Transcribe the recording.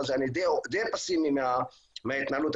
אני די פסימי מההתנהלות,